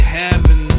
heaven